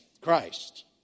Christ